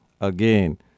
Again